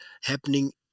happening